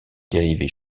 dérivés